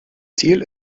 ziel